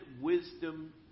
wisdom